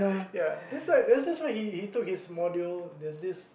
ya that's why that's why he took his module there's this